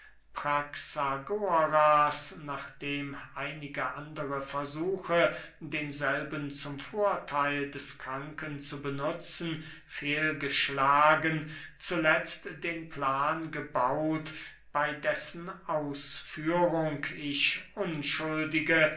nachdem einige andere versuche denselben zum vortheil des kranken zu benutzen fehlgeschlagen zuletzt den plan gebaut bey dessen ausführung ich unschuldige